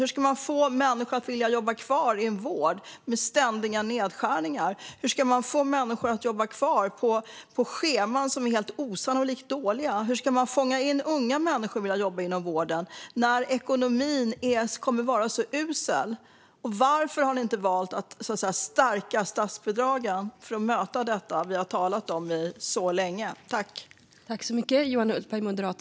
Hur ska man få människor att vilja jobba kvar i en vård med ständiga nedskärningar? Hur ska man få människor att jobba kvar på scheman som är helt osannolikt dåliga? Hur ska man fånga in unga människor och få dem att vilja jobba inom vården när ekonomin kommer att vara så usel? Varför har ni inte valt att stärka statsbidragen för att möta detta, som vi har talat om så länge?